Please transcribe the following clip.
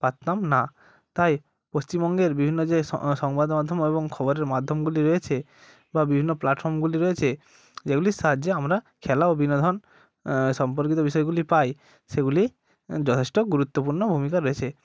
পারতাম না তাই পশ্চিমবঙ্গের বিভিন্ন যে সংবাদ মাধ্যম এবং খবরের মাধ্যমগুলি রয়েছে বা বিভিন্ন প্লাটফর্মগুলি রয়েছে যেগুলির সাহায্যে আমরা খেলা ও বিনোধন সম্পর্কিত বিষয়গুলি পাই সেগুলি যথেষ্ট গুরুত্বপূর্ণ ভূমিকা রয়েছে